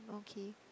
okay